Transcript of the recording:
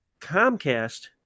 Comcast